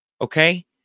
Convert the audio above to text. Okay